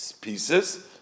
pieces